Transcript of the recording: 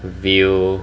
to view